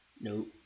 Nope